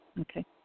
Okay